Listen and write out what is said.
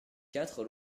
quatre